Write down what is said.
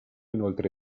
inoltre